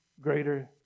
greater